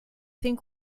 think